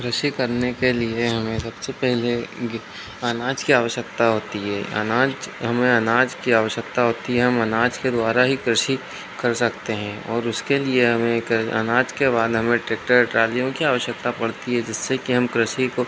कृषि करने के लिए हमें सबसे पहले गि अनाज की आवश्यकता होती है अनाज हमें अनाज की आवश्यकता होती है हम अनाज के द्वारा ही कृषि कर सकते हैं और उसके लिए हमें अनाज के बाद ट्रेक्टर ट्रालियों की आवश्यकता पड़ती है जिससे कि हम कृषि को